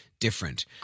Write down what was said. different